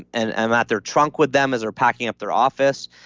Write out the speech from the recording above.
and i'm at their trunk with them as they're packing up their office.